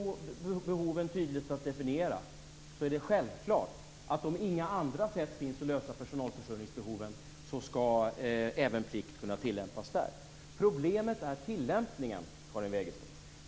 Om behoven tydligt går att definiera är det självklart att plikt även skall kunna tillämpas om det inte finns några andra sätt att lösa personalförsörjningsbehoven. Problemet är tillämpningen, Karin Wegestål.